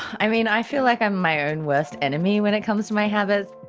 i mean, i feel like i'm my own worst enemy when it comes to my habits.